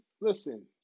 Listen